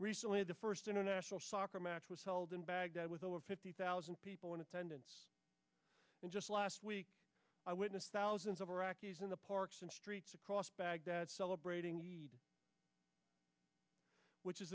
recently the first international soccer match was held in baghdad with over fifty thousand people in attendance and just last week i witnessed thousands of iraqis in the parks and streets across baghdad celebrating which is